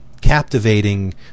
captivating